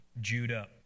Judah